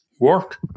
Work